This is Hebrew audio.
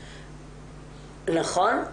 נכון?